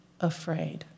afraid